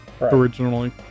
originally